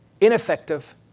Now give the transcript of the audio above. ineffective